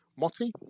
Motti